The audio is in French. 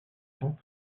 temps